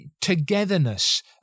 togetherness